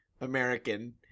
American